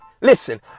listen